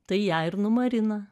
tai ją ir numarina